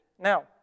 Now